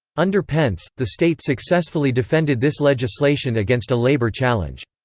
under pence, the state successfully defended this legislation against a labor challenge.